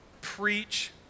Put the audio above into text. preach